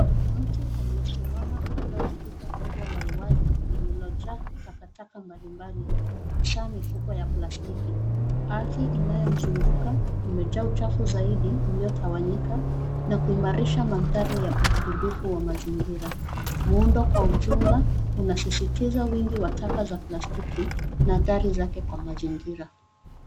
Mtu aliyesimama kando ya pipa kubwa la uwazi lililojaa takataka mbali mbali, hasaa mifuko ya plastiki. Ardhi inayomzunguka imejaa uchafu zaidi uliotawanyika na kuimarisha mandhari ya uharibifu wa mazingira. Muundo kwa ujumla unasisitiza wingi wa taka za plastiki na adhari zake kwa mazingira.